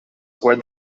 where